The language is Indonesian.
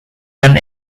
dan